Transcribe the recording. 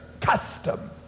custom